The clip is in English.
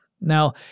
Now